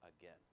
again